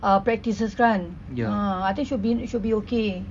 uh practices kan ah I think should be should be okay